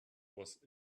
was